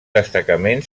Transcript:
destacament